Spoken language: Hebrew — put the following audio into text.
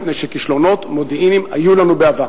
מפני שכישלונות מודיעיניים היו לנו בעבר,